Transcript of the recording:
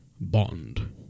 Bond